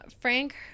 Frank